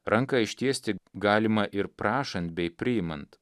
ranką ištiesti galima ir prašant bei priimant